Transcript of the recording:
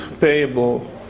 payable